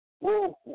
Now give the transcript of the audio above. Woo